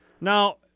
Now